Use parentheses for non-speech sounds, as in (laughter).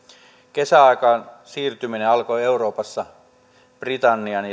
kesäaikaan siirtyminen alkoi euroopassa britannian (unintelligible)